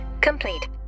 complete